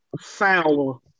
foul